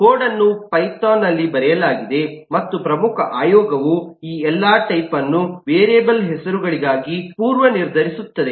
code ಅನ್ನು Python ಅಲ್ಲಿ ಬರೆಯಲಾಗಿದೆ ಮತ್ತು ಪ್ರಮುಖ ಆಯೋಗವು ಈ ಎಲ್ಲಾ ಟೈಪ್ಅನ್ನು ವೇರಿಯೇಬಲ್ ಹೆಸರುಗಳಿಗಾಗಿ ಪೂರ್ವನಿರ್ಧರಿಸುತ್ತೆದೆ